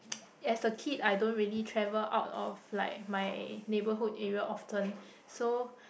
as a kid I don't really travel out of like my neighbourhood area often so